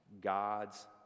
God's